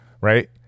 right